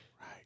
Right